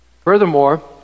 Furthermore